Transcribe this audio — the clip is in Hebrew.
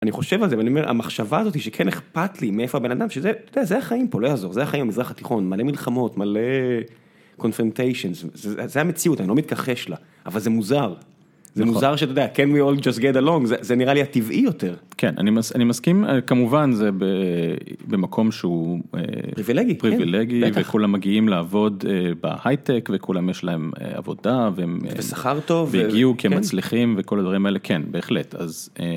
אני חושב על זה, אני אומר, המחשבה הזאת היא שכן אכפת לי מאיפה הבן אדם, שזה, אתה יודע, זה החיים פה, לא יעזור, זה החיים במזרח התיכון, מלא מלחמות, מלא קונפלנטיישן, זו המציאות, אני לא מתכחש לה, אבל זה מוזר. זה מוזר שאתה יודע, Can we all just get along? זה נראה לי הטבעי יותר. כן, אני מסכים, כמובן, זה במקום שהוא פריווילגי, וכולם מגיעים לעבוד בהייטק, וכולם יש להם עבודה, והם ושכר טוב, והגיעו כמצליחים וכל הדברים האלה, כן, בהחלט, אז